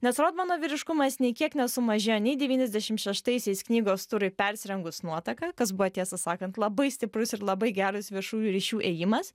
nes rodmano vyriškumas nei kiek nesumažėjo nei devyniasdešim šeštaisiais knygos turui persirengus nuotaka kas buvo tiesą sakant labai stiprus ir labai geras viešųjų ryšių ėjimas